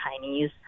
Chinese